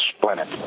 planet